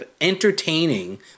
entertaining